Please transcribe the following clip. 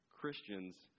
Christians